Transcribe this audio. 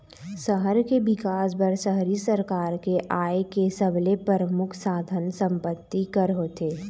सहर के बिकास बर शहरी सरकार के आय के सबले परमुख साधन संपत्ति कर होथे